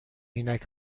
عینک